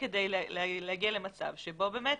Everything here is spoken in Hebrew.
וכדי להגיע למצב שבו באמת